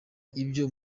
ibyo